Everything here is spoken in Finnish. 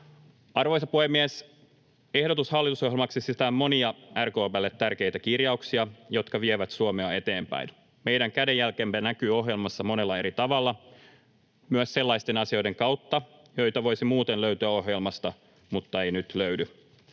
Arvoisa puhemies! Ehdotus hallitusohjelmaksi sisältää monia RKP:lle tärkeitä kirjauksia, jotka vievät Suomea eteenpäin. Meidän kädenjälkemme näkyy ohjelmassa monella eri tavalla, myös sellaisten asioiden kautta, joita voisi muuten löytyä ohjelmasta, mutta ei nyt löydy.